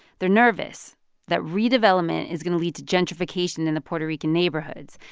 they're nervous that redevelopment is going to lead to gentrification in the puerto rican neighborhoods,